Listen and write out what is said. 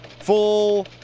Full